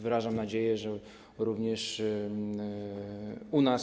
Wyrażam nadzieję, że również u nas.